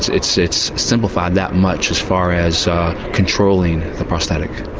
it's it's simplified that much as far as controlling the prosthetic.